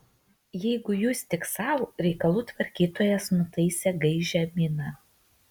jeigu jūs tik sau reikalų tvarkytojas nutaisė gaižią miną